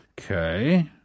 Okay